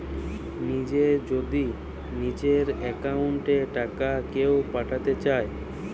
নিজে যদি নিজের একাউন্ট এ টাকা কেও পাঠাতে চায়